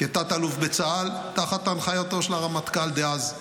כתת-אלוף בצה"ל תחת הנחייתו של הרמטכ"ל דאז.